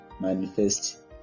manifest